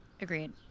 Agreed